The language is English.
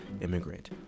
immigrant